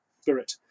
spirit